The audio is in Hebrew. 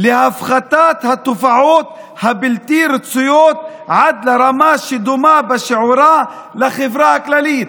להפחתת התופעות הבלתי-רצויות עד לרמה שדומה בשיעורה לחברה הכללית.